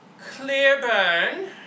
Clearburn